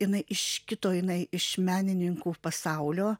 jinai iš kito jinai iš menininkų pasaulio